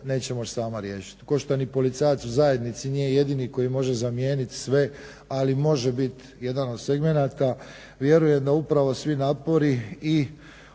neće to moći sama riješiti kao što ni policajac u zajednici nije jedini koji može zamijeniti sve ali može biti jedan od segmenata. Vjerujem da upravo svi napori i